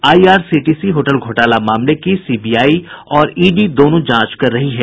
IRCTC hotel घोटाला मामले की सीबीआई और ईडी दोनों जांच कर रही है